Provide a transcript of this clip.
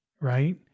right